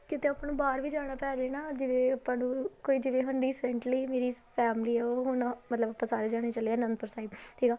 ਕਿਤੇ ਆਪਾਂ ਨੂੰ ਬਾਹਰ ਵੀ ਜਾਣਾ ਪੈ ਜਾਵੇ ਨਾ ਜਿਵੇਂ ਆਪਾਂ ਨੂੰ ਕੋਈ ਜਿਵੇਂ ਹੁਣ ਰੀਸੈਂਟਲੀ ਮੇਰੀ ਇਸ ਫੈਮਲੀ ਉਹ ਹੁਣ ਮਤਲਬ ਆਪਾਂ ਸਾਰੇ ਜਣੇ ਚੱਲੇ ਹਾਂ ਆਨੰਦਪੁਰ ਸਾਹਿਬ ਠੀਕ ਆ